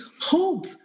hope